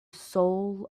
soul